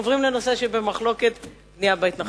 אנחנו עוברים לנושא שבמחלוקת, הבנייה בהתנחלויות.